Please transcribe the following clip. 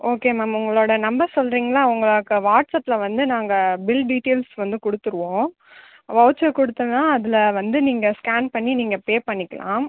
okay ma'am உங்களோடய number சொல்கிறீங்களா உங்கள் வாட்ஸப்லே வந்து நாங்கள் பில் டீட்டைல்ஸ் வந்து கொடுத்துடுவோம் வவுச்சர் கொடுத்தாங்கனா அதில் வந்து நீங்கள் ஸ்கேன் பண்ணி நீங்கள் பே பண்ணிக்கலாம்